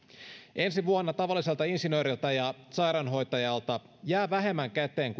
ensi vuonna tavallisella insinöörillä ja sairaanhoitajalla jää vähemmän käteen